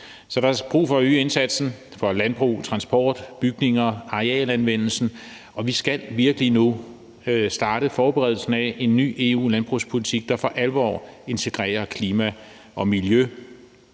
Så der er brug for at øge indsatsen for landbrug, transport, bygninger, arealanvendelse, og vi skal virkelig nu starte forberedelsen af en ny EU-landbrugspolitik, der for alvor integrerer klima og miljø,